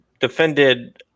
defended